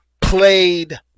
played